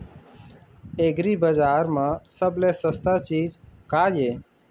एग्रीबजार म सबले सस्ता चीज का ये?